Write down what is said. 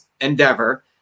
Endeavor